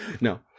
No